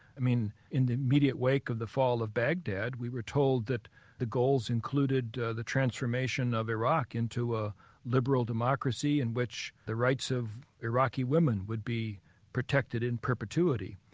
i mean, in the immediate wake of the fall of baghdad, we were told that the goals included the transformation of iraq into a liberal democracy, in which the rights of iraqi women would be protected in perpetuity.